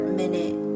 minute